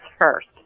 first